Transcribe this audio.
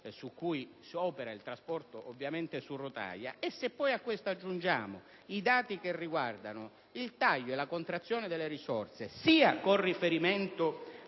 su cui opera il trasporto su rotaia, e se poi a questo aggiungiamo i dati che riguardano il taglio e la contrazione delle risorse, sia con riferimento